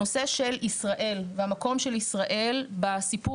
הנושא של ישראל והמקום של ישראל בסיפור